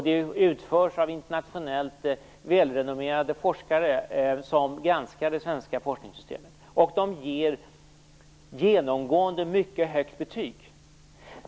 De utförs av internationellt välrenommerade forskare som granskar det svenska forskningssystemet, och de ger genomgående mycket högt betyg.